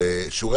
אם זה